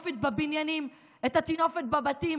את הטינופת בבניינים,